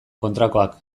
kontrakoak